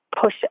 push